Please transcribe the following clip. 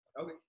Okay